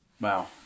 Wow